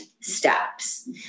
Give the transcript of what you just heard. steps